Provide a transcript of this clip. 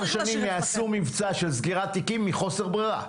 שנים יעשו מבצע של סגירת תיקים מחוסר ברירה.